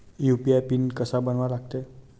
UPI pin कसा बनवा लागते?